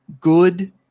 good